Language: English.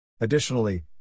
Additionally